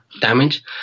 damage